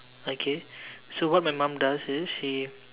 okay so what my mom does is she